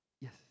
Yes